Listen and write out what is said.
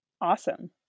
Awesome